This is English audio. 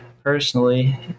Personally